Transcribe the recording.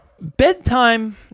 bedtime